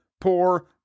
poor